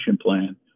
plan